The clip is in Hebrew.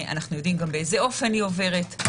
אנחנו יודעים גם באיזה אופן היא עוברת.